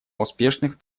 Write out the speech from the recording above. успешных